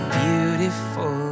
beautiful